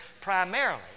primarily